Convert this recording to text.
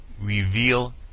reveal